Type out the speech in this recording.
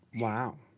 Wow